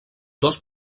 dos